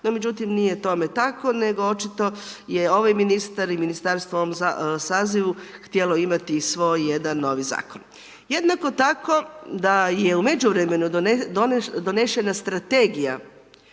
no međutim, nije tome tako, očito je ovaj ministar i ministarstvo u ovom sazivu, htjelo imati i svoj jedan novi zakon. Jednako tako da je u međuvremenu donešena strategija